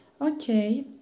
okay